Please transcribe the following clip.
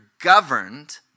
governed